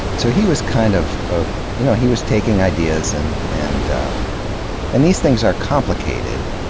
so he was kind of, ah you know he was taking ideas and and and these things are complicated,